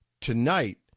tonight